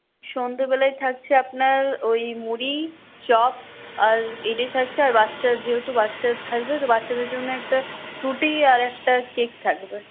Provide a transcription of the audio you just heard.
সন্ধ্যেবেলায় থাকছে আপনার ওই মুড়ি চপ আর এটাই থাকছে আর বাচ্চার যেহেতু বাচ্চা থাকবে তো বাচ্চাদের জন্য একটা ফ্র্রুটি আর একটা কেক থাকবে